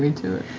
me to it.